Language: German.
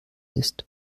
ist